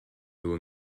nhw